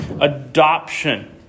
adoption